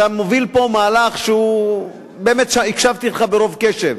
אתה מוביל פה מהלך שהוא, באמת הקשבתי לך רוב קשב,